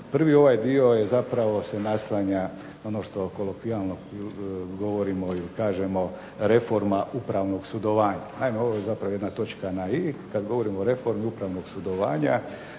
Prvi ovaj dio je zapravo se naslanja na ono što kolokvijalno govorimo, ili kažemo reforma upravnog sudovanja. Naime ovo je zapravo jedna točka na i, kad govorimo o reformi upravnog sudovanja,